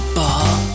ball